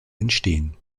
entstehen